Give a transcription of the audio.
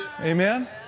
Amen